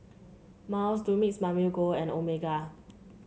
Miles Dumex Mamil Gold and Omega